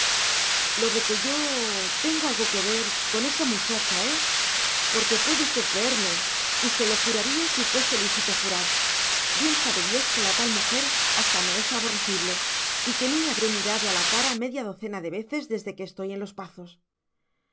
lo qué lo de que yo tengo algo que ver con esa muchacha eh porque puede usted creerme y se lo juraría si fuese lícito jurar bien sabe dios que la tal mujer hasta me es aborrecible y que no le habré mirado a la cara media docena de veces desde que estoy en los pazos